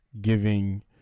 giving